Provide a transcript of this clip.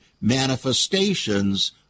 manifestations